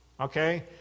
okay